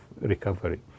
recovery